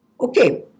Okay